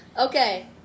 Okay